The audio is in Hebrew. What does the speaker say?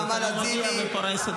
אני מגיע ופורס את גרסתי.